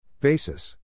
Basis